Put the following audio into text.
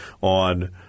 on